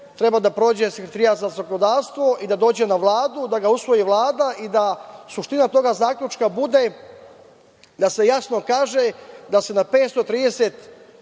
Treba da prođe Sekretarijat za zakonodavstvo, da dođe na Vladu, da ga usvoji Vlada i da suština toga zaključka bude, da se jasno kaže da se na 530